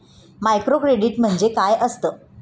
Microcredit म्हणजे काय असतं?